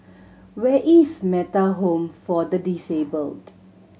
where is Metta Home for the Disabled